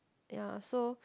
ya so